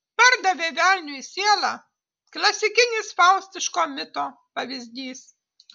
pardavė velniui sielą klasikinis faustiško mito pavyzdys